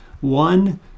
one